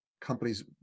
companies